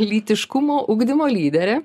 lytiškumo ugdymo lyderė